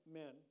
men